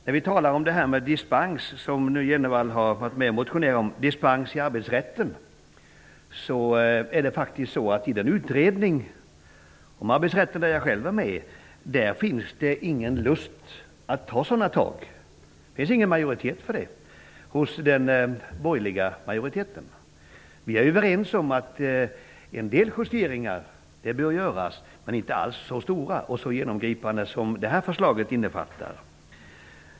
När det gäller dispens i arbetsrätten, som Bo G Jenevall har varit med om att motionera om, finns det i den utredning om arbetsrätten där jag själv är med ingen lust att ta sådana tag. Det finns ingen majoritet för detta hos de borgerliga representanterna. Vi är överens om att en del justeringar bör göras men inte alls så stora och så genomgripande som Ny demokratis förslag innefattar.